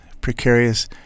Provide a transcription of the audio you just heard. precarious